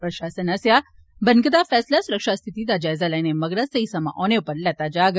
प्रशासन आस्सेआ बनकदा फैसला सुरक्षा स्थिति दा जायजा लैने मगरा सेई समें उप्पर लैता जाग